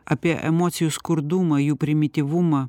apie emocijų skurdumą jų primityvumą